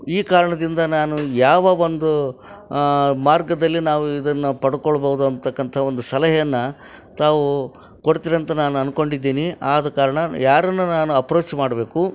ಈ ಕಾರಣದಿಂದ ನಾನು ಯಾವ ಒಂದು ಮಾರ್ಗದಲ್ಲಿ ನಾವು ಇದನ್ನು ಪಡ್ಕೊಳ್ಬೋದು ಅಂತಕ್ಕಂಥ ಒಂದು ಸಲಹೆಯನ್ನು ತಾವು ಕೊಡ್ತೀರಂತ ನಾನು ಅಂದ್ಕೊಂಡಿದ್ದೀನಿ ಆದ ಕಾರಣ ಯಾರನ್ನು ನಾನು ಅಪ್ರೋಚ್ ಮಾಡಬೇಕು